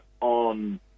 on